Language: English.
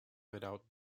without